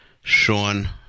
Sean